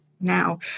now